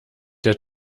der